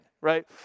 right